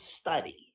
study